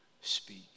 speak